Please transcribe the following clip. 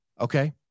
Okay